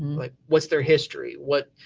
um like what's their history, what,